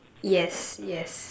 yes yes